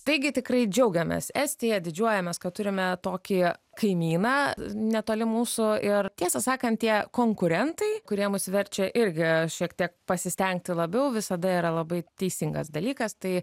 taigi tikrai džiaugiamės estija didžiuojamės kad turime tokį kaimyną netoli mūsų ir tiesą sakant tie konkurentai kurie mus verčia irgi šiek tiek pasistengti labiau visada yra labai teisingas dalykas tai